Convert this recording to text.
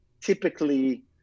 typically